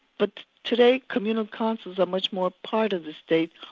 but today communal councils are much more part of the state,